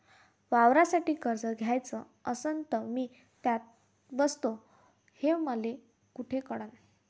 वावरासाठी कर्ज घ्याचं असन तर मी त्यात बसतो हे मले कुठ कळन?